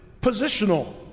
positional